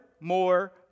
more